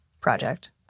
project